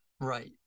Right